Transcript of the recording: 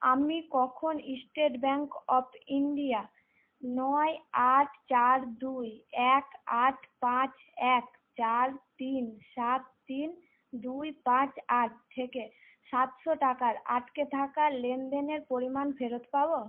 আমি কখন State Bank of India নয় আট চার দুই এক আট পাঁচ এক চার তিন সাত তিন দুই পাঁচ আট থেকে সাতশো টাকার আটকে থাকা লেনদেনের পরিমাণ ফেরত পাবো